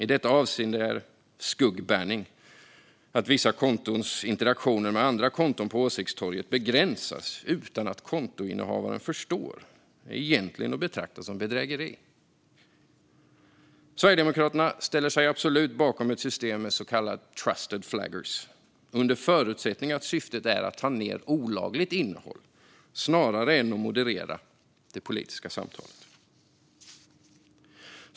I detta avseende är skuggbanning - att vissa kontons interaktioner med andra konton på åsiktstorget begränsas utan att kontoinnehavaren förstår det - egentligen att betrakta som bedrägeri. Sverigedemokraterna ställer sig absolut bakom ett system med så kallade trusted flaggers under förutsättning att syftet är att ta ned olagligt innehåll snarare än att moderera det politiska samtalet.